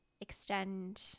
extend